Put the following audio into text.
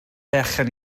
berchen